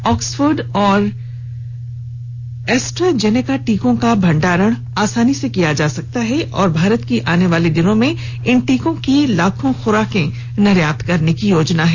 Oxford और AstraZeneca टीकों का भंडारण आसानी से किया जा सकता है और भारत की आने वाले दिनों में इन टीकों की लाखों खुराके निर्यात करने की योजना है